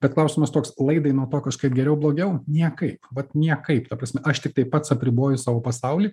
bet klausimas toks laidai nuo to kažkaip geriau blogiau niekaip vat niekaip ta prasme aš tiktai pats atriboju savo pasaulį